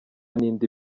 n’indi